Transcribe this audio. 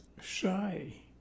shy